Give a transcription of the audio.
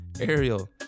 Ariel